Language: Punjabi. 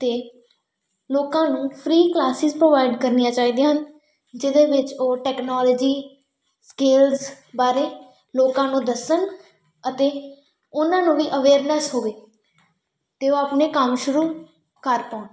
ਅਤੇ ਲੋਕਾਂ ਨੂੰ ਫ੍ਰੀ ਕਲਾਸਿਸ ਪ੍ਰੋਵਾਈਡ ਕਰਨੀਆਂ ਚਾਹੀਦੀਆਂ ਹਨ ਜਿਹਦੇ ਵਿੱਚ ਉਹ ਟੈਕਨੋਲੋਜੀ ਸਕਿੱਲਸ ਬਾਰੇ ਲੋਕਾਂ ਨੂੰ ਦੱਸਣ ਅਤੇ ਉਹਨਾਂ ਨੂੰ ਵੀ ਅਵੇਅਰਨੈੱਸ ਹੋਵੇ ਅਤੇ ਉਹ ਆਪਣੇ ਕੰਮ ਸ਼ੁਰੂ ਕਰ ਪਾਉਣ